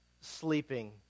sleeping